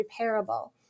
repairable